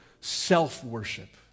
self-worship